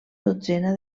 dotzena